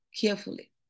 carefully